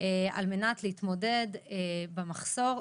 כדי להתמודד עם המחסור.